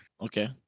okay